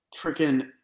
freaking